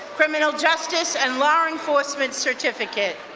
criminal justice and law enforcement certificate.